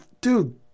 dude